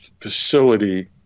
facility